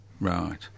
Right